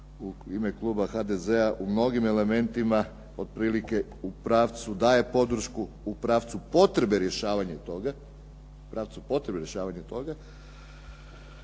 u ime kluba HDZ-a u mnogim elementima otprilike u pravcu daje podršku u pravcu potrebe rješavanje toga,